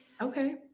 okay